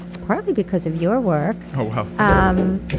partly because of your work. oh, wow. um